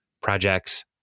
projects